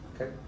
okay